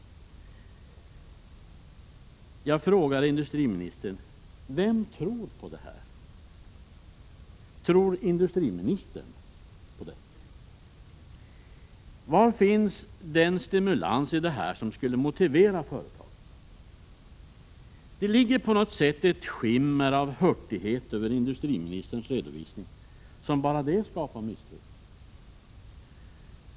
Jag frågar industriministern: Vem tror på det här? Tror industriministern på det? Var finns den stimulans i detta som skulle motivera företagen? Det ligger på något sätt ett skimmer av hurtighet över industriministerns redovisning som bara det skapar misstro.